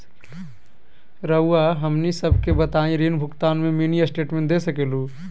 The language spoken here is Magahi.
रहुआ हमनी सबके बताइं ऋण भुगतान में मिनी स्टेटमेंट दे सकेलू?